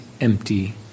empty